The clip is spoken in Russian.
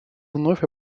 вновь